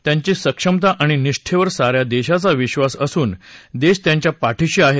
त्यांची सक्षमता आणि निष्ठेवर साऱ्या देशाचा विश्वास असून देश त्यांच्या पाठीशी आहे